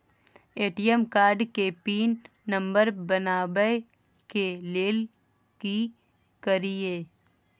ATM card के pin number बनाबै के लेल की करिए?